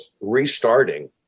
restarting